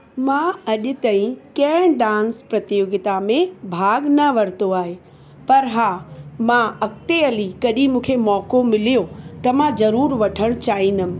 मां अॼु ताईं कंहिं डांस प्रतियोगिता में भाॻु न वरितो आहे पर हा मां अॻिते हली कॾहिं मूंखे मौक़ो मिलियो त मां ज़रूरु वठणु चाहींदमि